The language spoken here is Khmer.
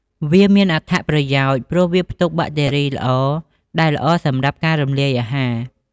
វាមានអត្ថប្រយោជន៍ ព្រោះវាផ្ទុកបាក់តេរីល្អ ដែលល្អសម្រាប់ការរំលាយអាហារ។